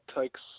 takes